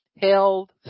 held